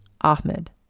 Ahmed